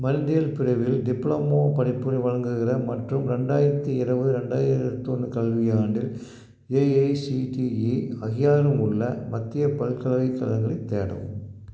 மருந்தியல் பிரிவில் டிப்ளமோ படிப்புகள் வழங்குகிற மற்றும் ரெண்டாயிரத்தி இருபது ரெண்டாயிரத்தி ஒன்று கல்வியாண்டில் ஏஐசிடிஇ அங்கீகாரமுள்ள மத்திய பல்கலைக்கழகங்களை தேடவும்